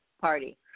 party